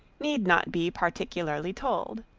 need not be particularly told.